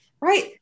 right